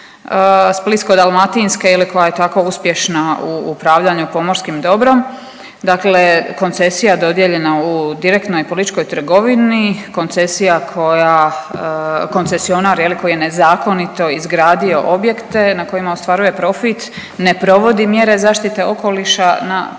Splitsko-dalmatinske koja je tako uspješna u upravljanju pomorskim dobrom, dakle koncesija dodijeljena u direktnoj političkoj trgovini, koncesija koja koncesionar koji je nezakonito izgradio objekte na kojima ostvaruje profit, ne provodi mjere zaštite okoliša na prostoru